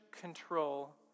control